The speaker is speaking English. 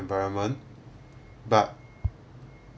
environment but